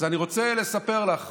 אז אני רוצה לספר לך,